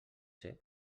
ser